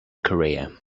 career